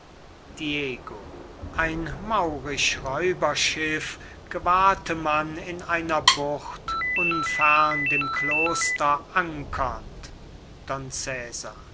ein maurisch räuberschiff gewahrte man in einer bucht unfern dem kloster ankernd